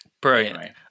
brilliant